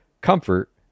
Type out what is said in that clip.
comfort